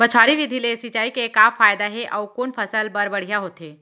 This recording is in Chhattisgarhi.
बौछारी विधि ले सिंचाई के का फायदा हे अऊ कोन फसल बर बढ़िया होथे?